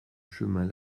chemin